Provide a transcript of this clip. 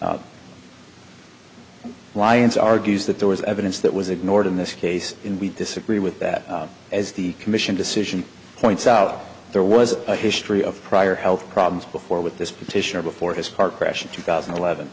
lyons argues that there was evidence that was ignored in this case we disagree with that as the commission decision points out there was a history of prior health problems before with this petition or before his park crash in two thousand and eleven